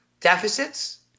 deficits